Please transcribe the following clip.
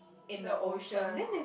the ocean